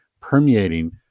permeating